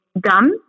done